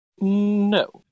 No